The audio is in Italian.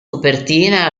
copertina